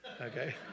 okay